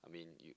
I mean you